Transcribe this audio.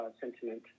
sentiment